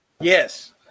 Yes